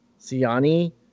Siani